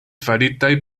faritaj